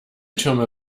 türme